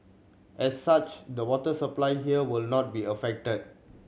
as such the water supply here will not be affected